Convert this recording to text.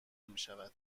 میشود